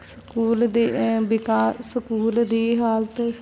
school ਦੇ ਵਿਕਾ school ਦੀ ਹਾਲਤ